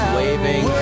waving